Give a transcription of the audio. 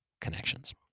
connections